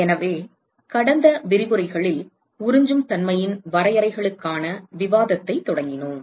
எனவே கடந்த விரிவுரைகளில் உறிஞ்சும் தன்மையின் வரையறைகளுக்கான விவாதத்தைத் தொடங்கினோம்